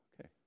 Okay